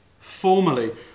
formally